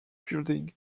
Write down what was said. building